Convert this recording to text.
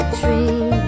Dream